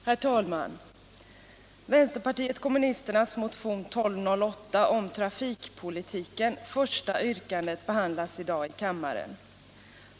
Herr talman! Vänsterpartiet kommunisternas motion 1976/77:1208 om trafikpolitiken, första yrkandet, behandlas i dag i kammaren.